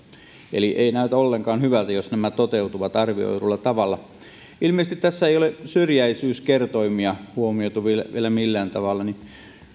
eli ei näytä ollenkaan hyvältä jos nämä toteutuvat arvioidulla tavalla ilmeisesti tässä ei ole syrjäisyyskertoimia huomioitu vielä vielä millään tavalla niin